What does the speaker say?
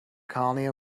colony